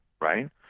right